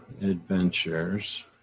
adventures